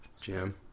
Jim